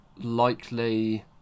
likely